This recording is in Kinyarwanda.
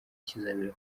kizabera